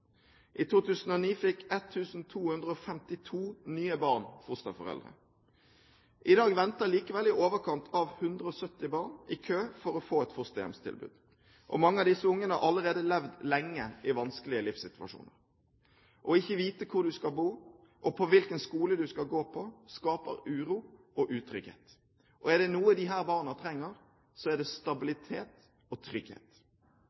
I 2009 fikk 1 252 nye barn fosterforeldre. I dag venter likevel i overkant av 170 barn i kø for å få et fosterhjemstilbud. Mange av disse ungene har allerede levd lenge i vanskelige livssituasjoner. Å ikke vite hvor du skal bo og hvilken skole du skal gå på, skaper uro og utrygghet. Er det noe disse barna trenger, så er det stabilitet og trygghet.